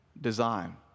design